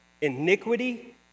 iniquity